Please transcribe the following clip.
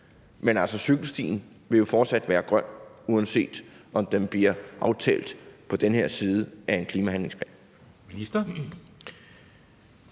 men cykelstien vil fortsat være grøn, uanset om den bliver aftalt på den her side af en klimahandlingsplan. Kl.